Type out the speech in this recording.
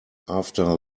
after